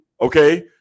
okay